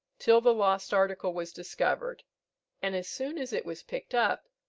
till the lost article was discovered and as soon as it was picked up,